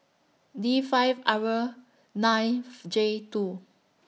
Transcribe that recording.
D five R ninth J two